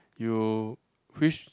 you which